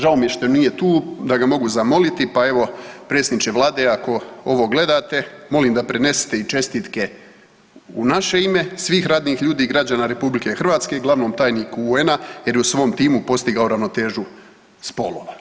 Žao mi je što nije tu da ga mogu zamoliti, pa evo predsjedniče Vlade ako ovo gledate molim da prenesete i čestitke u naše ime svih radnih ljudi i građana RH glavnom tajniku UN-a jer je u svom timu postigao ravnotežu spolova.